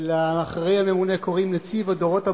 ולאחראי הממונה קוראים נציב הדורות הבאים,